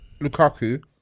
Lukaku